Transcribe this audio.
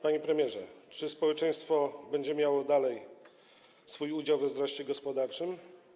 Panie premierze, czy społeczeństwo dalej będzie miało swój udział we wzroście gospodarczym?